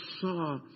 saw